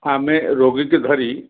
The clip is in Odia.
ଆମେ ରୋଗୀକି ଧରି